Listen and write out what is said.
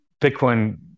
Bitcoin